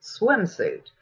swimsuit